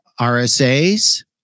RSAs